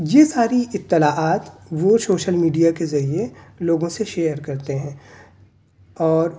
یہ ساری اطلاعلات وہ شوشل میڈیا کے ذریعے لوگوں سے شیئر کرتے ہیں اور